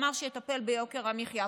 אמר שיטפל ביוקר המחיה,